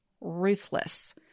ruthless